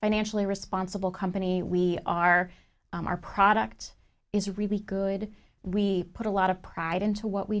financially responsible company we are our product is really good we put a lot of pride into what we